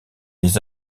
les